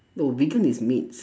no vegan is meats